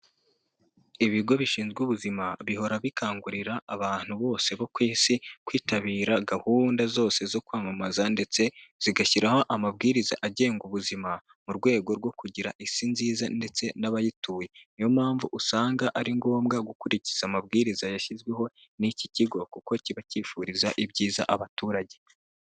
Ibigo bishinzwe ubuzima bihora bikangurira abantu bose bo ku isi kwitabira gahunda zose zo kwamamaza ndetse zigashyiraho amabwiriza agenga ubuzima mu rwego rwo kugira isi nziza ndetse n'abayituye, niyo mpamvu usanga ari ngombwa gukurikiza amabwiriza yashyizweho n'iki kigo kuko kiba cyifuriza ibyiza abaturage.